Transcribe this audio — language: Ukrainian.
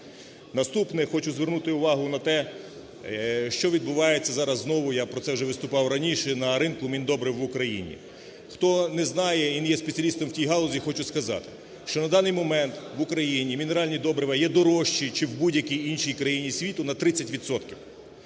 Наступне. Хочу звернути увагу на те, що відбувається зараз знову, я про це вже виступав раніше, на ринку міндобрив в Україні. Хто не знає і не є спеціалістом у тій галузі, хочу сказати, що на даний момент в Україні мінеральна добрива є дорожчі чим в будь-якій іншій країні світу на 30